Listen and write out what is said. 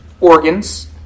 organs